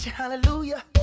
Hallelujah